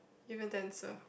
give me the answer